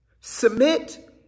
Submit